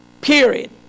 Period